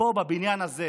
פה, בבניין הזה,